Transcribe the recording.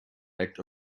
act